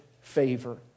favor